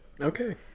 Okay